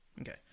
okay